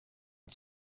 und